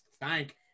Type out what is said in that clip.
Thank